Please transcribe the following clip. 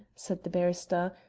said the barrister.